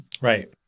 Right